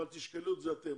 אבל תשקלו את זה אתם,